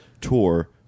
tour